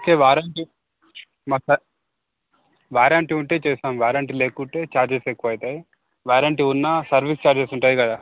ఒకే warranty మాకు sir warranty ఉంటే చేస్తాం వ్యారంటీ లేకుంటే ఛార్జెస్ ఎక్కువ అయితాయి వ్యారంటీ ఉన్నా సర్వీస్ ఛార్జెస్ ఉంటాయి కదా